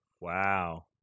Wow